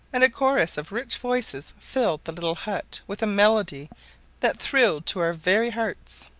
and a chorus of rich voices filled the little hut with a melody that thrilled to our very hearts.